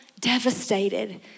devastated